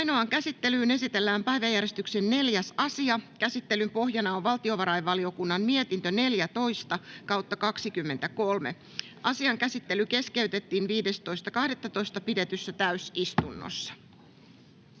Ainoaan käsittelyyn esitellään päiväjärjestyksen 4. asia. Käsittelyn pohjana on valtiovarainvaliokunnan mietintö VaVM 14/2023 vp. Asian käsittely keskeytettiin 15.12.2023 pidetyssä täysistunnossa.